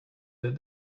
that